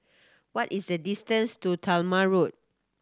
what is the distance to Talma Road